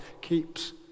keeps